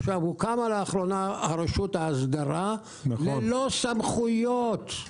לאחרונה, הוקמה רשות ההסדרה, ללא סמכויות.